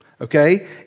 okay